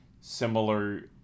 similar